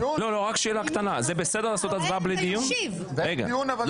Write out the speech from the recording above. אין דיון.